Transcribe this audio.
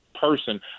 person